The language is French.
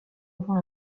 avant